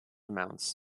amounts